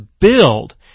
build